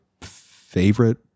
favorite